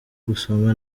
gusoma